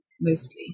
mostly